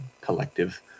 collective